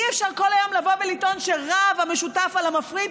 אי-אפשר כל היום לבוא ולטעון שרב המשותף על המפריד,